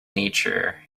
nature